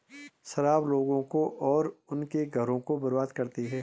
शराब लोगों को और उनके घरों को बर्बाद करती है